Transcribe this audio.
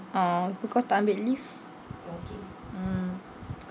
uh because tak ambil leave mm